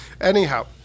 Anyhow